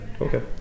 Okay